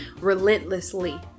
relentlessly